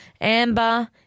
Amber